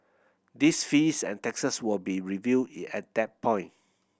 these fees and taxes will be reviewed at that point